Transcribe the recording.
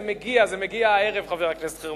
זה מגיע, זה מגיע הערב, חבר הכנסת חרמש.